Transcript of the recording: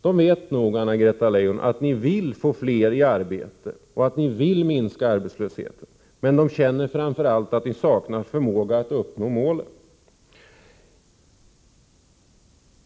De vet nog, Anna Greta Leijon, att ni vill få fler i arbete och att ni vill minska arbetslösheten, men de känner framför allt att ni saknar förmågan att uppnå målen.